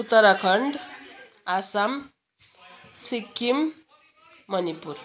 Uttarakhand Assam Sikkim Manipur